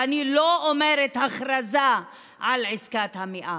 ואני לא אומרת הכרזה על עסקת המאה.